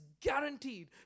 guaranteed